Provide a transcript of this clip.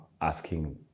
asking